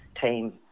team